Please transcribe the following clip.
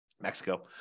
Mexico